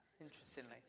interestingly